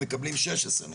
מקבלים שש עשרה נקודות.